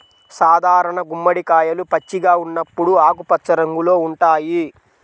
సాధారణ గుమ్మడికాయలు పచ్చిగా ఉన్నప్పుడు ఆకుపచ్చ రంగులో ఉంటాయి